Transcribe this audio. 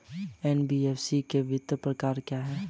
NBFC के विभिन्न प्रकार क्या हैं?